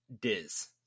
diz